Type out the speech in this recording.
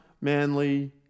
Manly